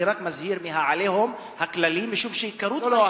אני רק מזהיר מה"עליהום" הכללי, משום, לא, לא.